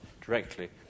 directly